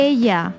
Ella